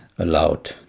allowed